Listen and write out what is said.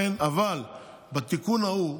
אבל בתיקון ההוא שעשינו,